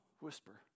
whisper